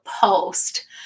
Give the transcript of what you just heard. post